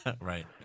Right